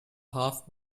half